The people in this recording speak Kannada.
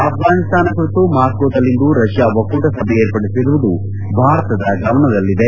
ಅಫ್ರಾನಿಸ್ನಾನ ಕುರಿತು ಮಾಸೋದಲ್ಲಿಂದು ರಷ್ಯಾ ಒಕ್ಕೂಟ ಸಭೆ ಏರ್ಪಡಿಸಿರುವುದು ಭಾರತದ ಗಮನದಲ್ಲಿದೆ